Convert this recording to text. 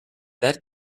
that